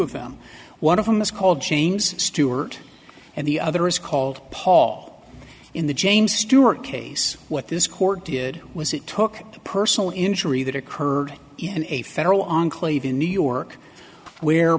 of them one of them is called chains stuart and the other is called paul all in the james stewart case what this court did was it took the personal injury that occurred in a federal enclave in new york where